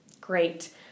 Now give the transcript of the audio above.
Great